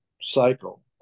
cycle